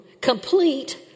complete